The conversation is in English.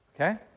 okay